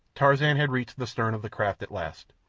tarzan had reached the stern of the craft at last.